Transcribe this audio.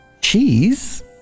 cheese